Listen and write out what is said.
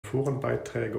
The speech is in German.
forenbeiträge